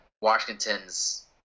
Washington's